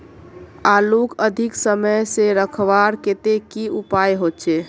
आलूक अधिक समय से रखवार केते की उपाय होचे?